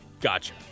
Gotcha